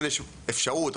יש אפשרות,